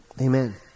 Amen